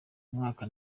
umwaka